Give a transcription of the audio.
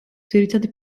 ძირითადი